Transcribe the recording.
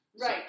Right